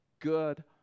good